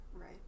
Right